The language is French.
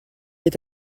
est